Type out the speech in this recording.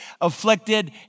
afflicted